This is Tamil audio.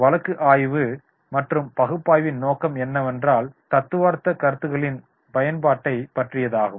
வழக்கு ஆய்வு மற்றும் பகுப்பாய்வின் நோக்கம் என்னெவென்றால் தத்துவார்த்த கருத்துகளின் பயன்பாடை பற்றியதாகும்